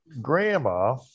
Grandma